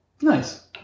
Nice